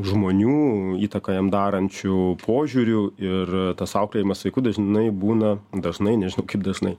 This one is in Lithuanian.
žmonių įtaką jam darančių požiūriu ir tas auklėjimas vaikų dažnai būna dažnai nežinau kaip dažnai